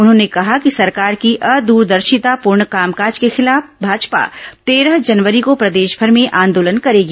उन्होंने कहा कि सरकार की अदूरदर्शितापूर्ण कामकाज के खिलाफ भाजपा तेरह जनवरी को प्रदेशभर में आंदोलन करेगी